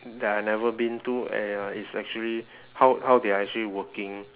that I never been to and uh is actually how how they are actually working